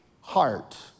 heart